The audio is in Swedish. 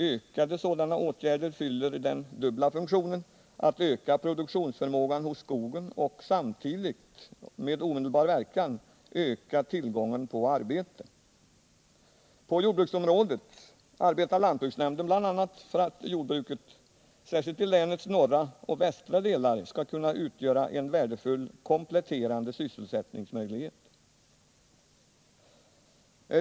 Ökade sådana åtgärder fyller den dubbla funktionen att öka produktionsförmågan hos skogen och samtidigt — med omedelbar verkan — öka tillgången på arbete. På jordbruksområdet arbetar lantbruksnämnden bl.a. för att jordbruket särskilt i länets norra och västra delar skall kunna utgöra en värdefull komp letterande sysselsättningsmöjlighet.